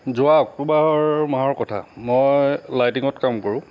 যোৱা অক্টোবৰ মাহৰ কথা মই লাইটিঙত কাম কৰোঁ